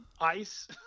ice